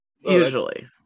Usually